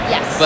Yes